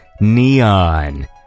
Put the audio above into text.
neon